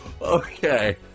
Okay